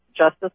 justice